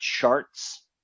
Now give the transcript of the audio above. charts